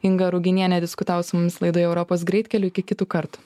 inga ruginienė diskutavo su mumis laidoje europos greitkeliu iki kitų kartų